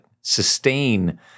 sustain